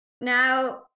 now